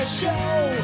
show